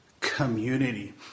community